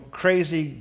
crazy